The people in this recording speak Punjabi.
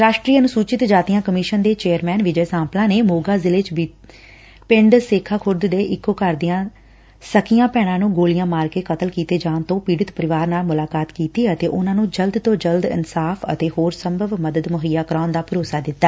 ਰਾਸ਼ਟਰੀ ਅਨੁਸੁਚਿਤ ਜਾਤੀਆਂ ਕਮਿਸ਼ਨ ਦੇ ਚੇਅਰਸੈਨ ਵਿਜੇ ਸਾਂਪਲਾ ਨੇ ਮੋਗਾ ਜ਼ਿਲੇ ਚ ਬੀਤੇ ਦਿਨੀ ਪਿੰਡ ਸੇਖਾ ਖੁਰਦ ਦੇ ਇਕੋ ਘਰ ਦੀਆਂ ਸਕੀਆਂ ਭੈਣਾਂ ਨੂੰ ਗੋਲੀਆਂ ਮਾਰ ਕੇ ਕਤਲ ਕੀਤੇ ਜਾਣ ਤੋਂ ਪੀੜਤ ਪਰਿਵਾਰ ਨਾਲ ਮੁਲਾਕਾਤ ਕੀਤੀ ਅਤੇ ਉਨੂਾਂ ਨੂੰ ਜਲਦ ਤੋ ਜਲਦ ਇਨਸਾਫ਼ ਅਤੇ ਹੋਰ ਸੰਭਵ ਮਦਦ ਮੁਹੱਈਆ ਕਰਾਉਣ ਦਾ ਭਰੋਸਾ ਦਿੱਤਾ